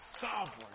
Sovereign